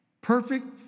perfect